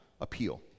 appeal